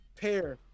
pair